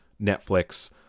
Netflix